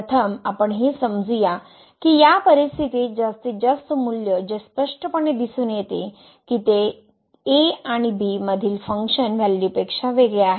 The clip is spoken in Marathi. प्रथम आपण हे समजू या की या परिस्थितीत जास्तीत जास्त मूल्य जे स्पष्टपणे दिसून येते की ते a आणि b मधील फंक्शन व्हॅल्यूपेक्षा वेगळे आहे